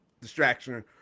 distraction